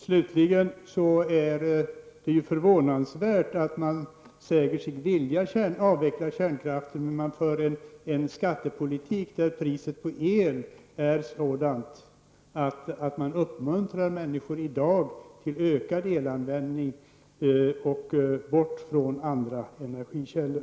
Det är förvånansvärt att man säger sig vilja avveckla kärnkraften, medan man för en skattepolitik där priset på el är sådant att man uppmuntrar människor i dag till ökad elanvändning och bort från andra energikällor.